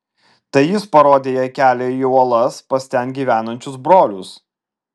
tai jis parodė jai kelią į uolas pas ten gyvenančius brolius